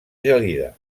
gelida